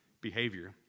behavior